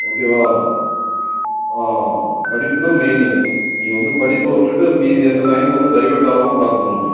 ஓகேவா ஆ படிப்பு தான் மெயின்னு நீங்கள் வந்து படிப்ப விட்டுவிட்டு மீதி எந்த லைனும் வந்து டைவர்ட் ஆகாம பார்த்துக்கணும்